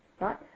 right